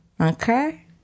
okay